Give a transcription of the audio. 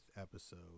episode